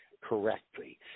correctly